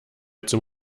zum